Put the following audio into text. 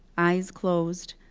eyes closed,